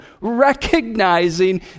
recognizing